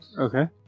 Okay